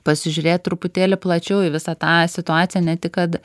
pasižiūrėt truputėlį plačiau į visą tą situaciją ne tik kad